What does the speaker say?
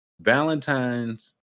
Valentine's